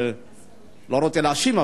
אני לא רוצה להאשים,